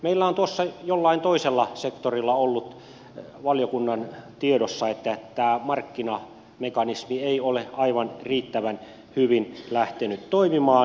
meillä on tuossa jollain toisella sektorilla ollut valiokunnan tiedossa että tämä markkinamekanismi ei ole aivan riittävän hyvin lähtenyt toimimaan